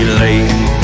late